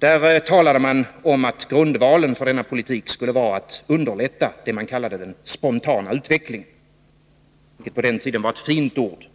Där talade man om att grundvalen för denna politik skulle vara att underlätta det man den kallade spontana utvecklingen, vilket på den tiden vad ett fint ord